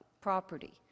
property